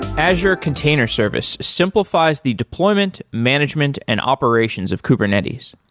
azure container service simplifies the deployment, management and operations of kubernetes.